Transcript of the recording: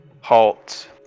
halt